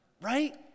Right